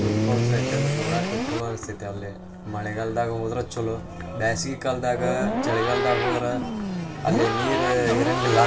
Jog falls ಯಾಕಂದ್ರೆ ನೋಡಕ್ಕ ಚಲೋ ಅನಿಸ್ತೈತಿ ಅಲ್ಲಿ ಮಳಿಗಾಲ್ದಾಗ ಹೋದರೂ ಚಲೋ ಬ್ಯಾಸ್ಗೆ ಕಾಲದಾಗ ಚಳಿಗಾಲ್ದಾಗ ಹೋದ್ರೆ ಅಲ್ಲಿ ನೀರು ಇರೋಂಗಿಲ್ಲ